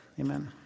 Amen